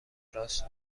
ابراز